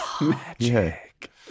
magic